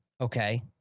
okay